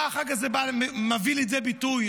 מה החג הזה מביא לידי ביטוי?